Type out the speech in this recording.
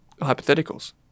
hypotheticals